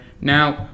Now